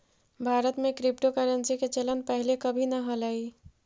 भारत में क्रिप्टोकरेंसी के चलन पहिले कभी न हलई